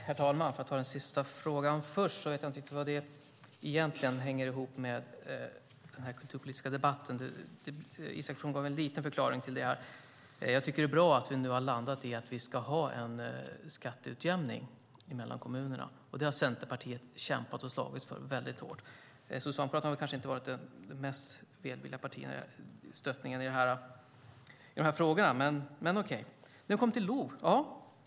Herr talman! För att ta den sista frågan först så vet jag inte riktigt hur det hänger ihop med den här kulturpolitiska debatten, även om Isak From gav en liten förklaring till det. Jag tycker att det är bra att vi nu har landat i att vi ska ha en skatteutjämning mellan kommunerna. Det har Centerpartiet kämpat och slagits för väldigt hårt. Socialdemokraterna har kanske inte varit det mest välvilliga partiet när det gäller att stötta i de här frågorna.